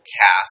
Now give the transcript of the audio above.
cast